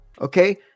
okay